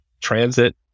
transit